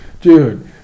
Dude